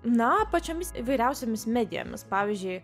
na pačiomis įvairiausiomis medijomis pavyzdžiui